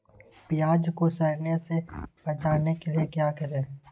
प्याज को सड़ने से बचाने के लिए क्या करें?